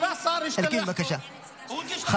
עלה השר, השתלח בו, הוא הגיש לך בקשה,